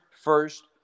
first